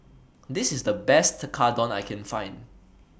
This IS The Best Tekkadon I Can Find